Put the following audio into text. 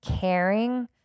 caring